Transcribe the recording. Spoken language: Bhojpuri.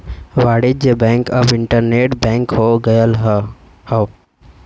वाणिज्य बैंक अब इन्टरनेट बैंक हो गयल हौ